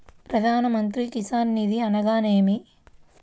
ప్రధాన మంత్రి కిసాన్ నిధి అనగా నేమి?